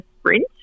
sprint